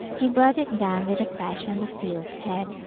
he brought it down with a crash on the seal's head.